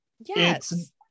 yes